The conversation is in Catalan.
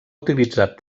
utilitzat